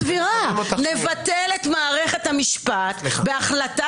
לבטל את מערכת המשפט זו החלטה